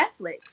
Netflix